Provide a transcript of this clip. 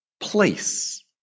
place